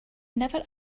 never